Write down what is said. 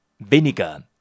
Vinegar